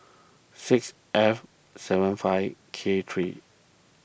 six F seven five K three